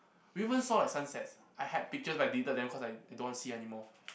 we even saw like sunsets I had pictures but I deleted them cause I I don't want see anymore